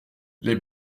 les